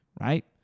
right